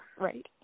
Right